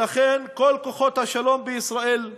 ולכן כל כוחות השלום בישראל ובעולם,